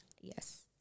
Yes